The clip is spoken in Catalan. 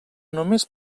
només